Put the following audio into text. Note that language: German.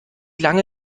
lange